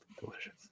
delicious